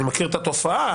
אני מכיר את התופעה,